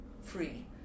free